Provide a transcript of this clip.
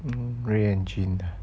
mm ray and jean ah